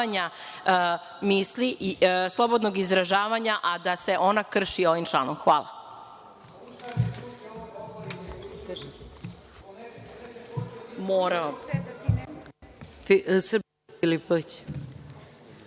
misli, slobodnog izražavanja, a da se ona krši ovom članom. Hvala.